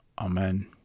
Amen